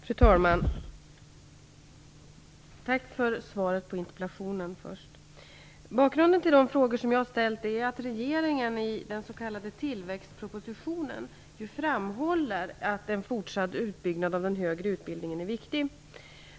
Fru talman! Jag vill först tacka för svaret på interpellationen. Bakgrunden till de frågor jag har ställt är att regeringen i den s.k. tillväxtpropositionen framhåller att en fortsatt utbyggnad av den högre utbildningen är viktig.